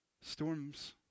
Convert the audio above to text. Storms